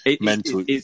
mental